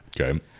Okay